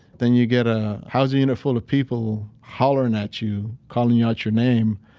then you get a housing unit full of people hollering at you, calling out your name,